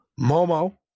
Momo